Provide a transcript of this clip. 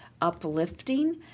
uplifting